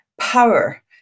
power